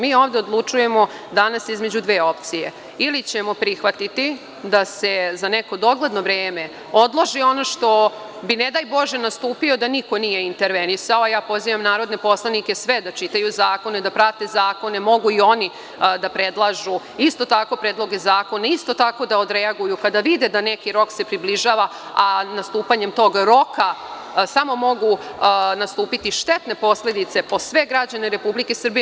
Mi ovde odlučujemo danas između dve opcije, ili ćemo prihvatiti da se za neko dogledno vreme odloži ono što bi ne daj bože nastupilo da niko nije intervenisao, a ja poziv sve narodne poslanike da čitaju zakone, da prate zakone, jer mogu i oni da predlažu isto tako predloge zakona, isto tako da odreaguju kada vide da se neki rok približava, a nastupanjem tog roka samo mogu nastupiti štetne posledice po sve građane Republike Srbije.